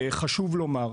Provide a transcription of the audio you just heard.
חשוב לומר,